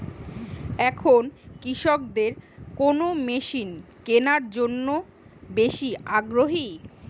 এখন কৃষকদের কোন মেশিন কেনার জন্য বেশি আগ্রহী?